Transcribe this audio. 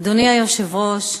אדוני היושב-ראש,